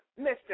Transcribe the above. Mr